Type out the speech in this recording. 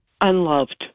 unloved